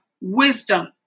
wisdom